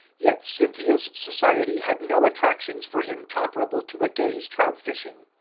yet cynthia's society had no attractions for him comparable to a day's trout-fishing.